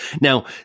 Now